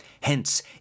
Hence